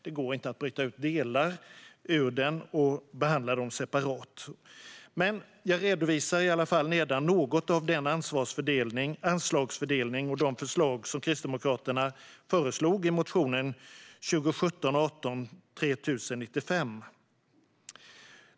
Det går inte att bryta ut delar ur den och behandla dem separerat, men jag ska i alla fall redovisa något av den anslagsfördelning och de förslag som Kristdemokraterna lade fram i motion 2017/18:3095.